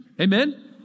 Amen